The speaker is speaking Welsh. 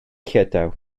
llydaw